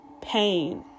pain